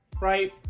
Right